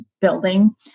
building